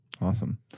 Awesome